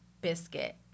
biscuit